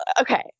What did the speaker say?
okay